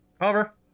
Over